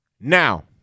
Now